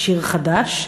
"שיר חדש",